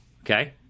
Okay